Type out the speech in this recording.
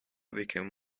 became